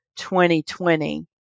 2020